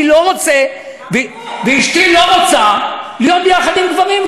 אני לא רוצה ואשתי לא רוצה להיות יחד עם גברים.